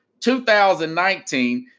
2019